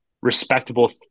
respectable